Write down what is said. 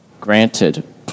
granted